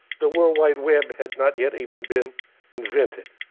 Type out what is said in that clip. the world wide web had not yet even been invented.